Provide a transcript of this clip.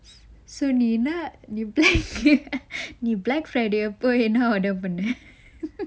so நீ என்னா நீ:nee enna nee black friday அப்ப என்னா:appa ennaa order பண்ண:panna